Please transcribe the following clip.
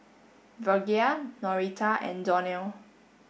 Virgia Norita and Donell